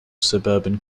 suburban